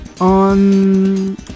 on